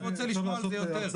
אני רוצה לשמוע על זה יותר.